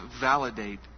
validate